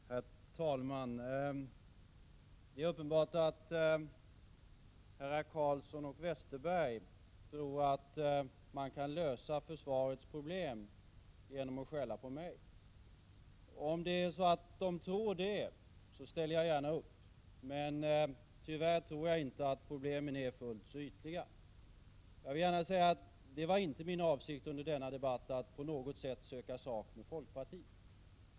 Herr talman! Det är uppenbart att herrar Carlsson och Westerberg tror att man kan lösa försvarets problem genom att skälla på mig. Om de kan det, så ställer jag gärna upp, men tyvärr tror jag inte att problemen är fullt så ytliga. Det var inte min avsikt att under denna debatt söka sak med folkpartiet.